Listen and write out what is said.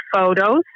photos